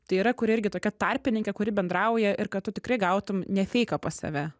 tai yra kur irgi tokia tarpininkė kuri bendrauja ir kad tu tikrai gautum nefeiką pas save